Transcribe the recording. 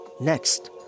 next